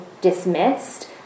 dismissed